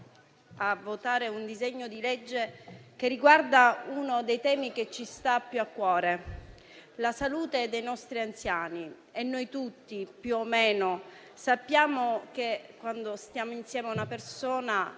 a votare un disegno di legge che riguarda uno dei temi che ci sta più a cuore: la salute dei nostri anziani. Noi tutti più o meno sappiamo che, quando stiamo insieme a una persona